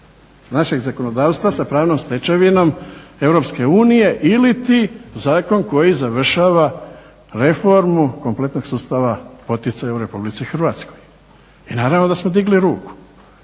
našeg zakonodavstva sa pravnom stečevinom EU iliti zakon koji završava reformu kompletnog sustava poticaja u RH i naravno da smo digli ruku.